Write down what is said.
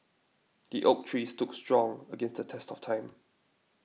the oak tree stood strong against the test of time